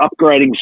upgrading